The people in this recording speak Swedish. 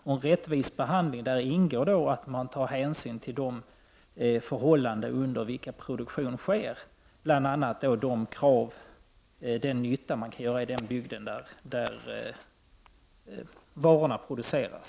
I en rättvis behandling ingår att det tas hänsyn till de förhållanden under vilka produktionen sker, bl.a. den nytta företaget kan göra i den bygd där varorna produceras.